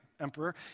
emperor